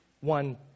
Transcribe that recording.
one